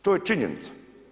To je činjenica.